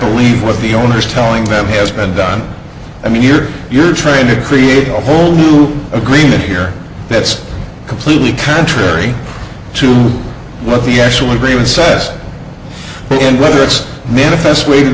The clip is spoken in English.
believe what the owner is telling them has been done i mean here you're trying to create a whole new agreement here that's completely contrary to what the actual agreement says and whether it's manifest